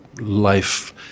life